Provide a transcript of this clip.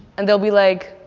and they'll be like,